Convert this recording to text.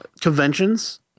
conventions